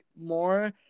more